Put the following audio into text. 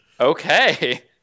Okay